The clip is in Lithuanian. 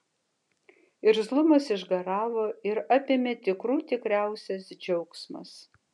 irzlumas išgaravo ir apėmė tikrų tikriausias džiaugsmas